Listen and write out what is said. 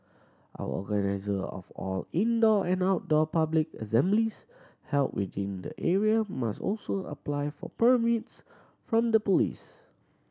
organiser of all indoor and outdoor public assemblies held within the area must also apply for permits from the police